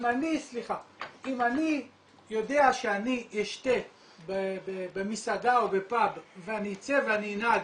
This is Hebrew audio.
אם אני יודע שאני אשתה במסעדה או בפאב ואני אצא ואנהג